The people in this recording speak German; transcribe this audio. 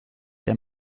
der